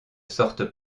sortent